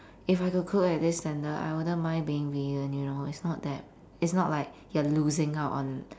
if I could cook at this standard I wouldn't mind being vegan you know it's not that it's not like you're losing out on